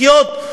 לחיות.